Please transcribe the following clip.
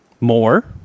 more